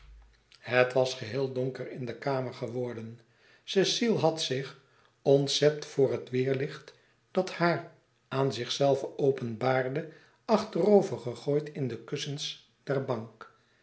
het was geheel donker in de kamer geworden cecile had zich ontzet voor het weêrlicht dat haar aan zichzelve openbaarde achterover gegooid in de kussens der bank